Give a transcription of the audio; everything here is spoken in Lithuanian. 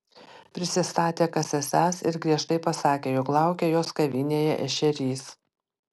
prisistatė kas esąs ir griežtai pasakė jog laukia jos kavinėje ešerys